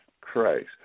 Christ